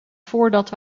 voordat